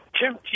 Tim